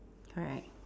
correct